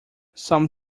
some